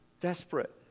desperate